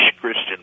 Christian